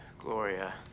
Gloria